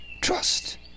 trust